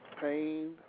pain